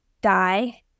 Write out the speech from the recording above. die